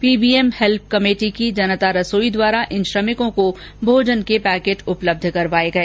PBM help committee की जनता रसोई द्वारा इन श्रमिकों को भोजन के पैकेट उपलब्ध करवाए गए